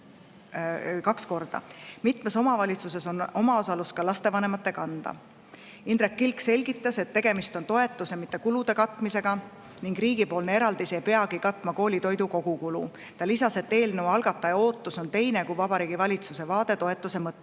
Mitmes omavalitsuses on osa [maksumusest] ka lastevanemate kanda. Indrek Kilk selgitas, et tegemist on toetuse, mitte kulude katmisega. Riigipoolne eraldis ei peagi katma koolitoidu kogukulu. Ta lisas, et eelnõu algataja ootus on teine kui Vabariigi Valitsuse vaade toetuse mõttele.